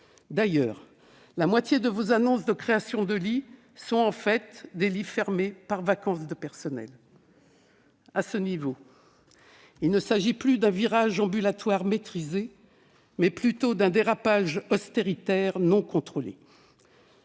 D'ailleurs, la moitié de vos annonces de création de lits correspondent en fait à la réouverture de lits fermés par vacance de personnel. À ce niveau, il ne s'agit plus d'un « virage ambulatoire maîtrisé »: c'est un « dérapage austéritaire non contrôlé